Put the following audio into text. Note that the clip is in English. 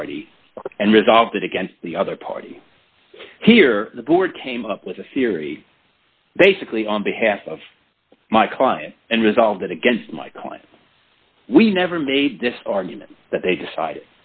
party and resolve it against the other party here the board came up with a theory basically on behalf of my client and resolve it against my client we never made this argument that they decided